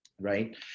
Right